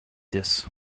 this